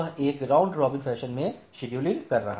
यह एक round robin fashion में शेड्यूलिंग कर रहा है